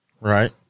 right